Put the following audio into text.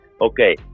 Okay